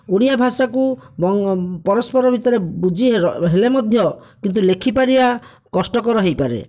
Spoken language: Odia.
ଓଡ଼ିଆ ଭାଷାକୁ ବଙ୍ଗ ପରସ୍ପର ଭିତରେ ବୁଝିହେଲେ ମଧ୍ୟ କିନ୍ତୁ ଲେଖିପାରିବା କଷ୍ଟକର ହୋଇପାରେ